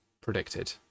predicted